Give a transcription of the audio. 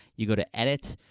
you go to edit,